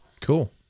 cool